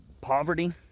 poverty